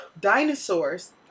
dinosaurs